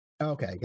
Okay